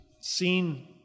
seen –